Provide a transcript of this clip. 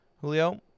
Julio